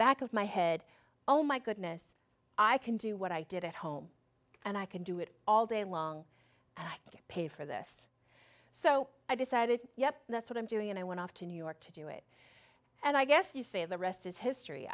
back of my head oh my goodness i can do what i did at home and i can do it all day long and get paid for this so i decided yeah that's what i'm doing and i went off to new york to do it and i guess you say the rest is history